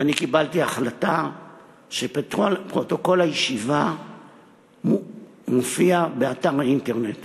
אני קיבלתי החלטה שכל פרוטוקול הישיבה מופיע באתר האינטרנט